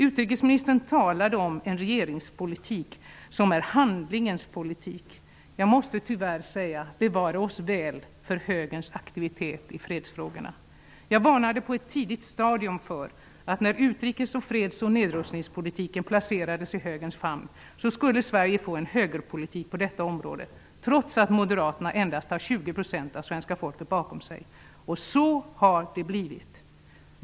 Utrikesministern talade om en regeringspolitik som är handlingens politik. Jag måste tyvärr säga: Bevare oss väl för högerns aktivitet i fredsfrågorna! Jag varnade på ett tidigt stadium för, att när utrikes-, freds och nedrustningpolitik placerades i högerns famn, skulle Sverige få en högerpolitik på detta område, trots att moderaterna endast har 20 % av svenska folket bakom sig. Och så har det blivit.